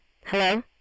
Hello